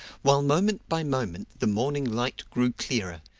while moment by moment the morning light grew clearer,